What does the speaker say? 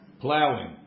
plowing